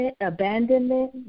abandonment